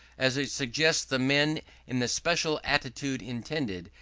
as it suggests the men in the special attitude intended,